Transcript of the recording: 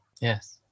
Yes